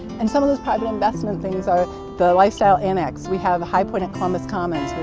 and some of those private investment things are the lifestyle annex. we have highpoint at columbus commons,